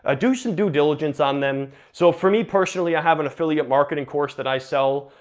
ah do some due diligence on them. so for me personally i have an affiliate marketing course that i sell,